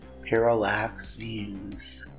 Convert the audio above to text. parallaxviews